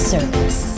Service